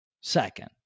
second